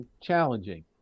challenging